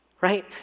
right